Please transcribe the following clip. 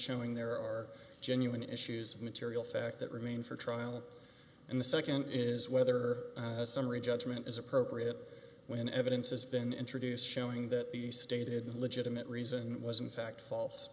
showing there are genuine issues of material fact that remain for trial and the nd is whether summary judgment is appropriate when evidence has been introduced showing that the stated legitimate reason was in fact false